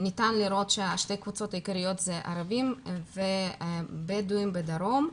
ניתן לראות ששתי הקבוצות העיקריות הן ערבים ובדואים בדרום.